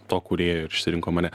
to kūrėjo ir išsirinko mane